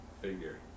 figure